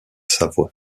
savoie